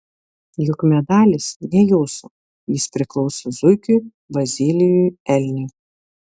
juk medalis ne jūsų jis priklauso zuikiui bazilijui elniui